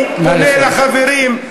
נא לסיים.